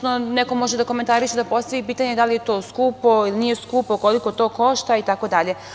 Neko može da komentariše, da postavi pitanje da li je to skupo ili nije skupo, koliko to košta itd.